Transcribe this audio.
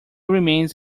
remains